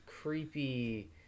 creepy